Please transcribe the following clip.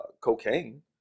cocaine